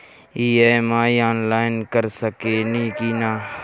EMI online कर सकेनी की ना?